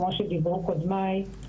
כמו שדיברו קודמיי,